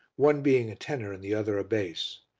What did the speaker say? one being a tenor and the other a bass.